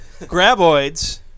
Graboids